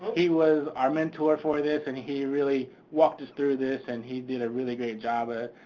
he was our mentor for this and he he really walked us through this and he did a really great job ah